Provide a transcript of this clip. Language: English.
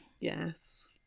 Yes